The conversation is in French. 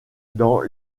dans